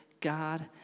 God